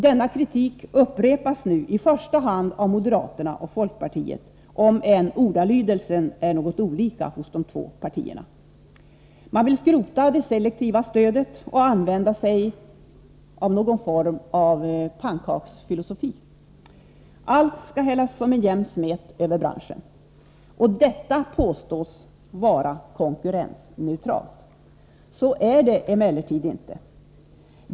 Denna kritik upprepas nu i första hand av moderaterna och folkpartiet, om än ordalydelsen är något olika hos de båda partierna. Man vill skrota det selektiva stödet och använda sig av någon form av pannkaksfilosofi. Allt skall hällas som en jämn smet över branschen. Detta påstås vara konkurrensneutralt. Så är det emellertid inte.